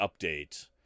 update